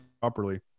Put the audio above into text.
properly